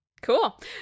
Cool